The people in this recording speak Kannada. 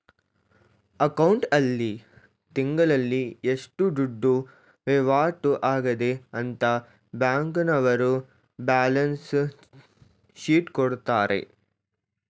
ಅಕೌಂಟ್ ಆಲ್ಲಿ ತಿಂಗಳಲ್ಲಿ ಎಷ್ಟು ದುಡ್ಡು ವೈವಾಟು ಆಗದೆ ಅಂತ ಬ್ಯಾಂಕ್ನವರ್ರು ಬ್ಯಾಲನ್ಸ್ ಶೀಟ್ ಕೊಡ್ತಾರೆ